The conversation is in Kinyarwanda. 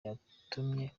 yatumye